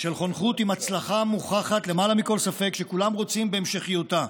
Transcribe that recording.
של חונכות עם הצלחה מוכחת למעלה מכל ספק שכולם רוצים בהמשכיותה.